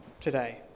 today